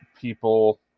people